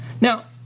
Now